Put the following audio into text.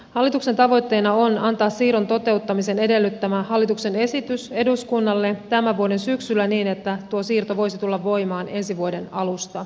hallituksen tavoitteena on antaa siirron toteuttamisen edellyttämä hallituksen esitys eduskunnalle tämän vuoden syksyllä niin että tuo siirto voisi tulla voimaan ensi vuoden alusta lukien